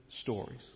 stories